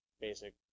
basic